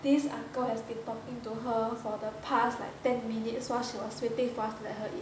this uncle has been talking to her for the past like ten minutes while she was waiting for us lo let her in